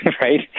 right